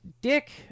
Dick